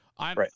Right